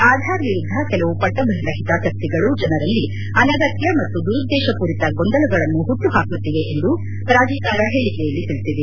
ಆಧಾರ್ ವಿರುದ್ದ ಕೆಲವು ಪಟ್ಟಭದ್ರ ಹಿತಾಸಕ್ತಿಗಳು ಜನರಲ್ಲಿ ಅನಗತ್ಯ ಮತ್ತು ದುರುದ್ದೇಶಪೂರಿತ ಗೊಂದಲಗಳನ್ನು ಹುಟ್ಟು ಹಾಕುತ್ತಿವೆ ಎಂದು ಪ್ರಾಧಿಕಾರ ಹೇಳಿಕೆಯಲ್ಲಿ ತಿಳಿಸಿದೆ